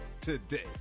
today